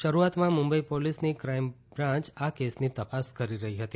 શરૂઆતમાં મુંબઈ પોલીસની crime branch આ કેસની તપાસ કરી રહી હતી